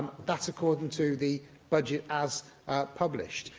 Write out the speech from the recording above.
that's according to the budget as published.